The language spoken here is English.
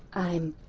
i'm,